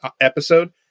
episode